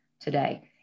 today